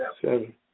seven